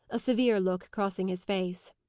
a severe look crossing his face.